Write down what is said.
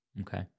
Okay